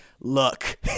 look